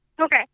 okay